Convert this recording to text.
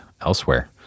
elsewhere